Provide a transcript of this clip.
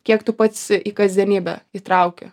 kiek tu pats į kasdienybę įtrauki